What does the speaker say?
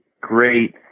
great